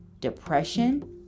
depression